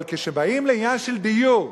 אבל כשבאים לעניין של דיור,